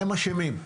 הם אשמים.